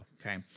okay